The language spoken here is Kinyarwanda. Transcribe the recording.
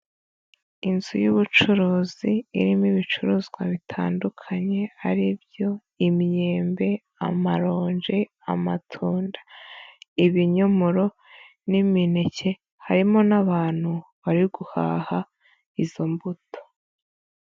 Inzu y'ubucuruzi irimo ibicuruzwa bitandukanye, ari byo imyembe, amaronje, amatunda, ibinyomoro n'imineke harimo n'abantu bari guhaha izo mbuto.